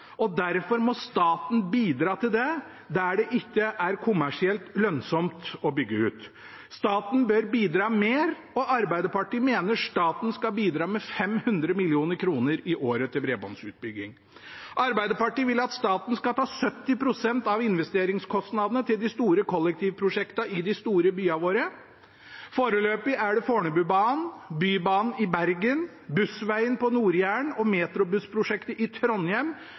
og derfor må staten bidra til det der det ikke er kommersielt lønnsomt å bygge ut. Staten bør bidra mer, og Arbeiderpartiet mener staten skal bidra med 500 mill. kr i året til bredbåndsutbygging. Arbeiderpartiet vil at staten skal ta 70 pst. av investeringskostnadene til de store kollektivprosjektene i de store byene våre. Foreløpig er det Fornebubanen, Bybanen i Bergen, Bussveien på Nord-Jæren og Metrobussprosjektet i Trondheim